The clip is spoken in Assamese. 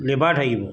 লেবাৰ থাকিব